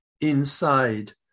Inside